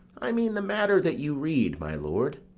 i mean, the matter that you read, my lord.